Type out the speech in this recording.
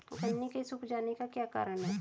गन्ने के सूख जाने का क्या कारण है?